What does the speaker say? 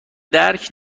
درک